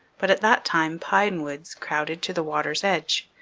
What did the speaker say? but at that time pine woods crowded to the water's edge,